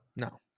No